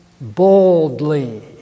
boldly